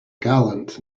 gallant